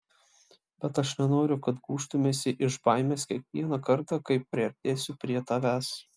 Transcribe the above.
bet aš nenoriu kad gūžtumeisi iš baimės kiekvieną kartą kai priartėsiu prie tavęs